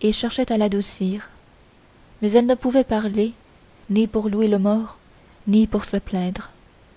et cherchaient à l'adoucir mais elle ne pouvait parler ni pour louer le mort ni pour se plaindre